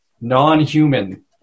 non-human